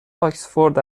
آکسفورد